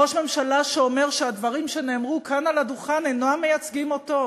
ראש ממשלה שאומר שהדברים שנאמרו כאן על הדוכן אינם מייצגים אותו,